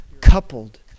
coupled